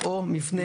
או מבנה,